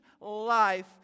life